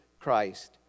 Christ